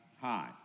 high